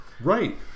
right